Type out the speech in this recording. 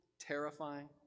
terrifying